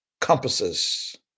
compasses